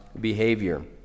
behavior